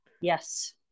Yes